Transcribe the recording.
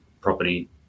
property